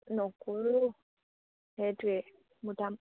নকৰো সেইটোৱে গোটাম